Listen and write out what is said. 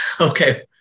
okay